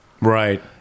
right